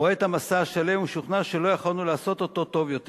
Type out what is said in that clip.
רואה את המסע השלם ומשוכנע שלא יכולנו לעשות אותו טוב יותר.